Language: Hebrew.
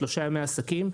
שלושה ימי עסקים.